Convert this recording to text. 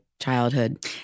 childhood